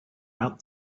out